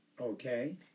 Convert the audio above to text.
Okay